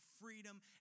freedom